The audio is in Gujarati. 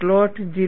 સ્લોટ 0